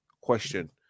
question